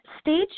stage